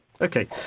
Okay